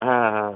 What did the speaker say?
হ্যাঁ হ্যাঁ